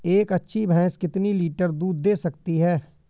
एक अच्छी भैंस कितनी लीटर दूध दे सकती है?